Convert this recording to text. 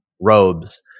Robes